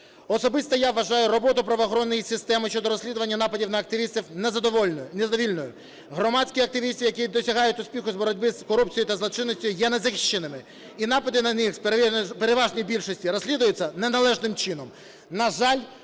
Особисто я вважаю роботу правоохоронної системи щодо розслідування нападів на активістів незадовільною. Громадські активісти, які досягають успіху в боротьбі з корупцією та злочинністю, є незахищеними. І напади на них в переважній більшості розслідуються неналежним чином.